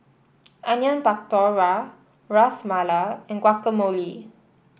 Onion Pakora Ras Malai and Guacamole